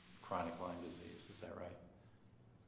chronic lyme disease, is that right?